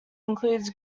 includes